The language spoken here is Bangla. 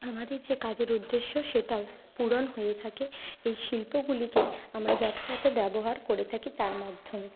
আমাদের যে কাজের উদ্দেশ্য সেটাও পূরণ হয়ে থাকে এই শিল্পগুলিকে আমরা যথাযথ ব্যবহার করে থাকি তার মাধ্যমে